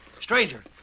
Stranger